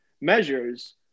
measures